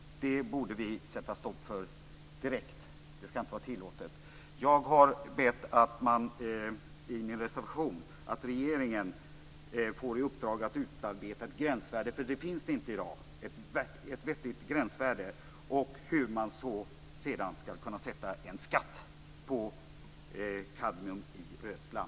Vi borde direkt sätta stopp för det här. Det skall inte vara tillåtet. I reservationen har jag bett om att regeringen skall få i uppdrag att utarbeta ett vettigt gränsvärde, för i dag finns det inte något sådant. Vidare gäller det hur skatt kan tas ut på kadmium i rötslam.